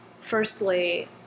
firstly